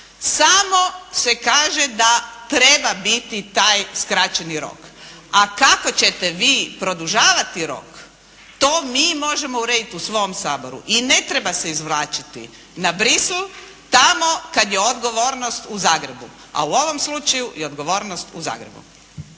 Samo se kaže da treba biti taj skraćeni rok a kako ćete vi produžavati rok to mi možemo urediti u svom Saboru. I ne treba se izvlačiti na Bruxelles tamo kad je odgovornost u Zagrebu a u ovom slučaju je odgovornost u Zagrebu.